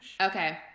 Okay